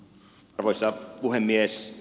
arvoisa puhemies